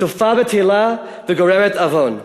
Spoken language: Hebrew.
סופה בטלה וגוררת עוון",